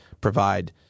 provide